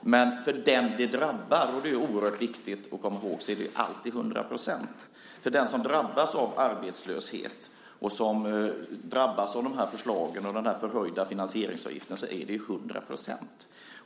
Men för den det drabbar - det är oerhört viktigt att komma ihåg - är det alltid 100 %. För den som drabbas av arbetslöshet och som drabbas av förslagen och den förhöjda finansieringsavgiften är det fråga om 100 %.